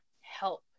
help